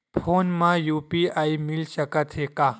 Phone मा UPI मिल सकत हे का?